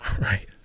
Right